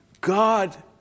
God